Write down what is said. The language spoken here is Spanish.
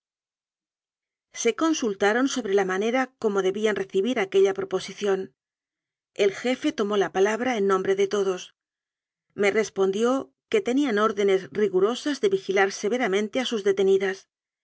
ellosse consultaron sobre la manera cómo debían recibir aquella proposición el jefe tomó la pala bra en nombre de todos me respondió que tenían órdenes rigurosas de vigilar severamente a sus detenidas